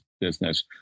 business